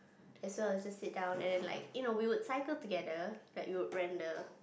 as well as just sit down and then like you know we would cycle together like we would rent the